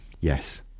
Yes